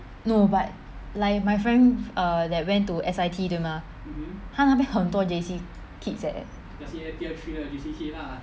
no but like my friends err that went to S_I_T 的 mah 他那边很多 J_C kids leh